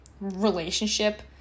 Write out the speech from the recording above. relationship